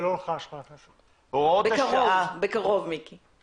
בקרוב, מיקי.